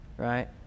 Right